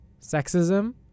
Sexism